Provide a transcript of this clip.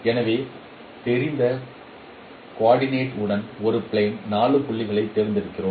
எனவே தெரிந்த குர்டினட் உடன் ஒரு பிளான் 4 புள்ளிகளைத் தேர்ந்தெடுக்கிறோம்